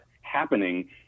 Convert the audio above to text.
happening